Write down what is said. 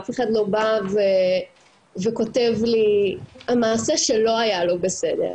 אף אחד לא בא וכותב לי על מעשה שלא היה לא בסדר,